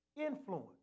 influence